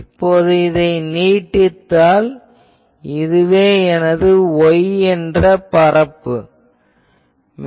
இப்போது நான் இதை நீட்டித்தால் இதுவே எனது y என்ற பிளேன்